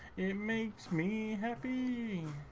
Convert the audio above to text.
makes me happy